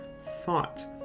thought